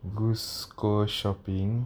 goose go shopping